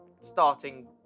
starting